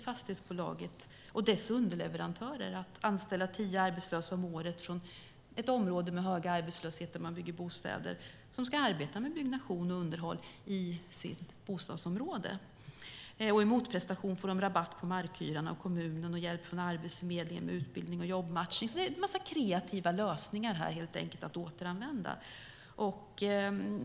Fastighetsbolaget och dess underleverantörer förbinder sig i kontraktet att anställa tio arbetslösa om året från ett område med hög arbetslöshet där man bygger bostäder. De ska arbeta med byggnation och underhåll i sitt bostadsområde. I motprestation får bolagen rabatt på markhyran av kommunen och hjälp från Arbetsförmedlingen med utbildning och jobbmatchning. Det är helt enkelt en massa kreativa lösningar här som kan återanvändas.